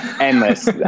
Endless